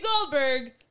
Goldberg